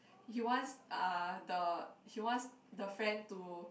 he wants uh the he wants the friend to